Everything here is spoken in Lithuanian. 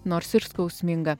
nors ir skausminga